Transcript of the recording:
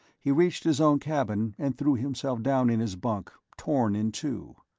he reached his own cabin and threw himself down in his bunk, torn in two.